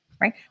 Right